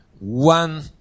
one